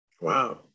Wow